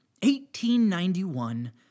1891